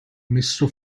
messo